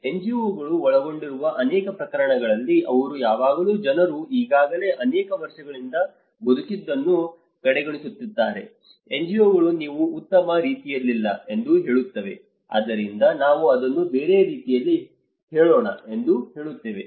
NGO ಗಳು ಒಳಗೊಂಡಿರುವ ಅನೇಕ ಪ್ರಕರಣಗಳಲ್ಲಿ ಅವರು ಯಾವಾಗಲೂ ಜನರು ಈಗಾಗಲೇ ಅನೇಕ ವರ್ಷಗಳಿಂದ ಬದುಕಿದ್ದನ್ನು ಕಡೆಗಣಿಸುಸುತ್ತಾರೆ NGO ಗಳು ನೀವು ಉತ್ತಮ ರೀತಿಯಲ್ಲಿಲ್ಲ ಎಂದು ಹೇಳುತ್ತವೆ ಆದ್ದರಿಂದ ನಾವು ಅದನ್ನು ಬೇರೆ ರೀತಿಯಲ್ಲಿ ಹೇರೋಣ ಎಂದು ಹೇಳುತ್ತವೆ